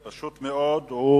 פשוט מאוד הוא